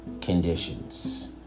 conditions